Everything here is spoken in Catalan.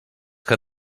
que